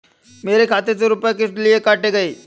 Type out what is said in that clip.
मेरे खाते से रुपय किस लिए काटे गए हैं?